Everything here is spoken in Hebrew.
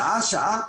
שעה שעה,